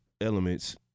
elements